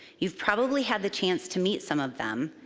you've probably had the chance to meet some of them,